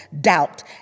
doubt